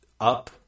up